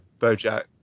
Bojack